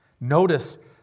Notice